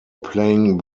playing